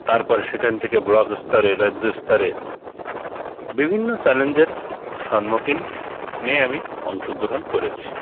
তারপর সেখান থেকে ব্লগ স্তরে রাজ্য স্তরে বিভিন্ন চ্যালেঞ্জের সম্মুখীন নিয়ে আমি অংশগ্রহণ করেছি